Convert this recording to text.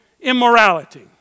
immorality